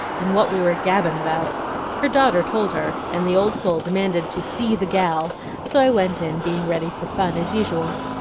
and what we were gabbin about her daughter told her, and the old soul demanded to see the gal so i went in, being ready for fun as usual.